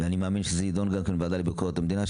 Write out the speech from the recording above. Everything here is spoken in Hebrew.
ואני מאמין שזה ידון בוועדה לביקורת המדינה,